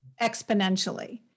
exponentially